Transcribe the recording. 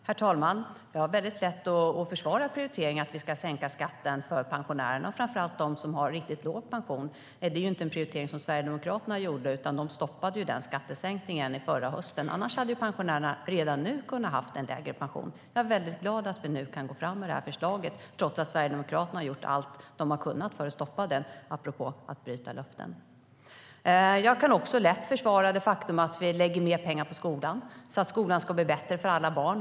Herr talman! Jag har lätt att försvara prioriteringen att vi ska sänka skatten för pensionärer, framför allt för dem som har riktigt låg pension. Det är ingen prioritering som Sverigedemokraterna gjorde, för de stoppade denna skattesänkning förra hösten. Annars hade pensionärerna redan nu haft lägre skatt. Det gläder mig att vi nu kan gå fram med detta förslag trots att Sverigedemokraterna har gjort allt de har kunnat för att stoppa det - apropå att bryta löften. Jag kan också lätt försvara det faktum att vi lägger mer pengar på skolan så att skolan ska bli bättre för alla barn.